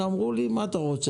אמרו לי: מה אתה רוצה?